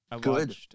Good